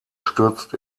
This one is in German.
stürzt